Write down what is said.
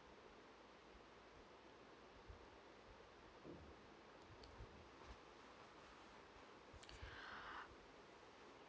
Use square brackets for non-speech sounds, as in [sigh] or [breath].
[breath]